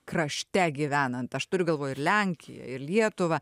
krašte gyvenant aš turiu galvoj ir lenkiją ir lietuvą